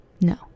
No